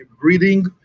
breeding